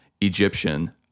Egyptian